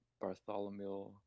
bartholomew